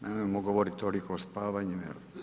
Nemojmo govoriti toliko o spavanju.